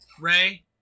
Ray